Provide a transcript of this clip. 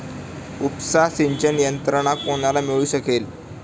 उपसा सिंचन यंत्रणा कोणाला मिळू शकेल?